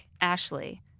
Ashley